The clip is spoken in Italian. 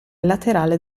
laterale